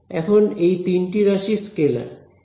এখন এই তিনটি রাশিই স্কেলার